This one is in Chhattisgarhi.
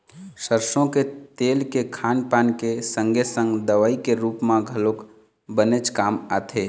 सरसो के तेल के खान पान के संगे संग दवई के रुप म घलोक बनेच काम आथे